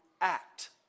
act